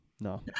No